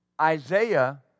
Isaiah